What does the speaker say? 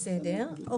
כן.